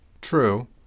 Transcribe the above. True